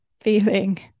feeling